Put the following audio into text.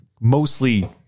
mostly